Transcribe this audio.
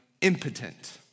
impotent